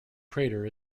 crater